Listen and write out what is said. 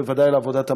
בוודאי לעבודת המליאה.